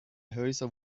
häuser